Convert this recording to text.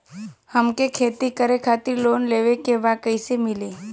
हमके खेती करे खातिर लोन लेवे के बा कइसे मिली?